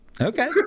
Okay